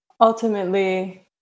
ultimately